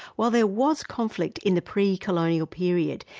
while there was conflict in the pre-colonial period,